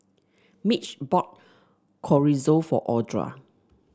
Mitch brought Chorizo for Audra